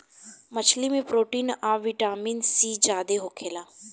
मछली में प्रोटीन आ विटामिन सी ज्यादे होखेला